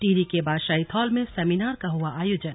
टिहरी के बादशाहीथौल में सेमिनार का हुआ आयोजन